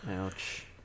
Ouch